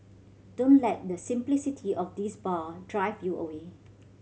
don't let the simplicity of this bar drive you away